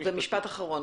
זה משפט אחרון.